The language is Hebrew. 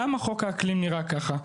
למה חוק האקלים נראה כך?